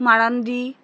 Marandi